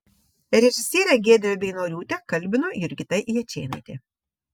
režisierę giedrę beinoriūtę kalbino jurgita jačėnaitė